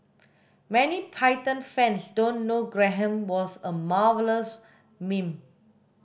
many Python fans don't know Graham was a marvellous mime